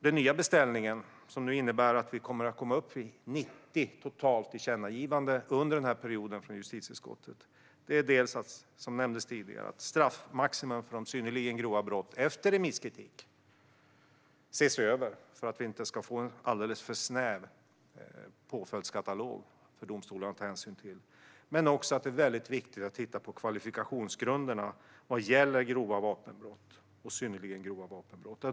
Den nya beställningen, som nu gör att vi kommer upp i totalt 90 tillkännagivanden från justitieutskottet under den här perioden, innebär, som nämndes tidigare, att straffmaximum för de synnerligen grova brotten ses över efter remisskritik för att vi inte ska få en alldeles för snäv påföljdskatalog för domstolarna att ta hänsyn till, men också att det är väldigt viktigt att titta på kvalifikationsgrunderna vad gäller grova vapenbrott och synnerligen grova vapenbrott.